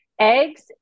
Eggs